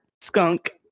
skunk